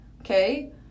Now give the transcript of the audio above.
Okay